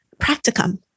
practicum